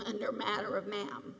under matter of ma'am